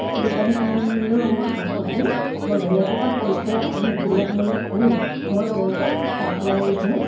সেই দোকানীখিনিলৈও মই শাক পাচলি মই বেলেগৰ পৰা হ'লচেলত আনি সুলভ মূল্যত আনি মই তেওঁলোকক চাপ্লাই দিওঁ